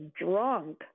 drunk